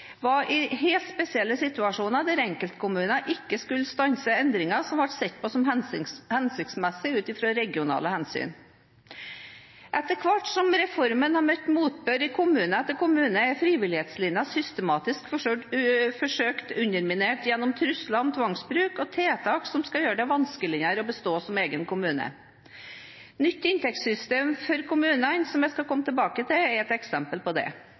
var i helt spesielle situasjoner der enkeltkommuner ikke skulle kunne stanse endringer som ble sett på som hensiktsmessig ut fra regionale hensyn. Etter hvert som reformen har møtt motbør i kommune etter kommune, er frivillighetslinjen systematisk forsøkt underminert gjennom trusler om tvangsbruk og tiltak som skal gjøre det vanskeligere å bestå som egen kommune. Nytt inntektssystem for kommunene, som jeg skal komme tilbake til, er et eksempel på